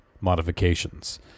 modifications